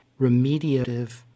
remediative